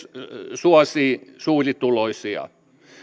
suosii suurituloisia